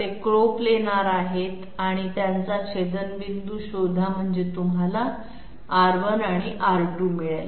ते coplanar आहेत आणि त्यांचा छेदनबिंदू शोधा म्हणजे तुम्हाला R1 आणि R2 मिळेल